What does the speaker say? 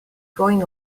going